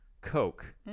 Coke